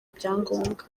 ibyangombwa